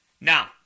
Now